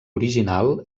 original